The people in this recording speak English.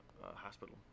hospital